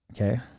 Okay